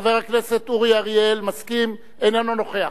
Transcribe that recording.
חבר הכנסת אורי אריאל, איננו נוכח.